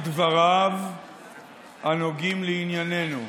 מדבריו הנוגעים לענייננו.